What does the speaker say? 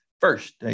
First